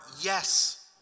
yes